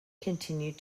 continued